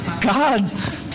God's